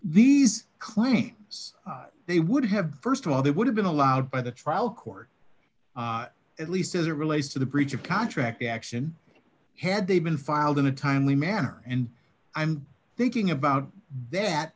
these claims they would have st of all they would have been allowed by the trial court at least as it relates to the breach of contract action had they been filed in a timely manner and i'm thinking about th